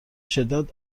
شدت